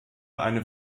eine